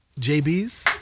JB's